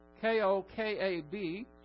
K-O-K-A-B